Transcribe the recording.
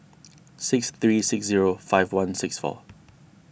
six three six zero five one six four